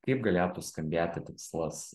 kaip galėtų skambėti tikslas